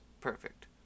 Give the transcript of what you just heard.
perfect